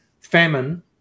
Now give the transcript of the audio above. famine